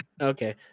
okay